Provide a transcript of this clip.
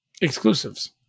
exclusives